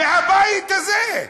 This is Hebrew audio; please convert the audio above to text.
מהבית הזה.